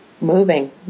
moving